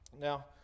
Now